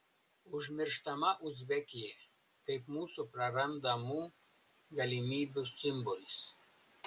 užmirštama uzbekija kaip mūsų prarandamų galimybių simbolis